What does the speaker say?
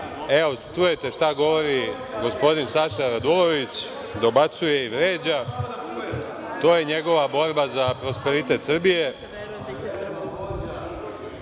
čujete šta govori gospodin Saša Radulović. Dobacuje i vređa. To je njegova borba za prosperitet Srbije.